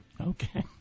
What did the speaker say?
Okay